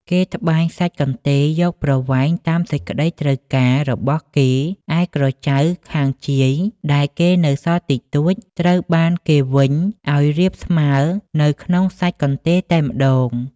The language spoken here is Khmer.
គេត្បាញសាច់កន្ទេលយកប្រវែងតាមសេចក្តីត្រូវការរបស់គេ ឯក្រចៅខាងជាយ ដែលនៅសល់តិចតួច ត្រូវបានគេវេញអោយរាបស្មើនៅក្នុងសាច់កន្ទេលតែម្តង ។